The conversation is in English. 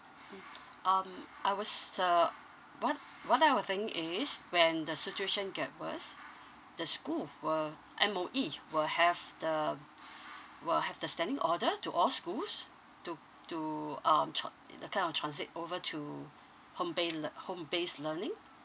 mm um I was uh one one other thing is when the situation get worse the school will M_O_E will have the will have the standing order to all schools to to um tr~ into kind of transit over to home ba~ lear~ home based learning